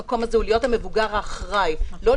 התפקיד של המשטרה במקום הזה הוא להיות המבוגר האחראי -- לא,